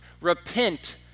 Repent